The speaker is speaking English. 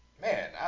man